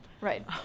Right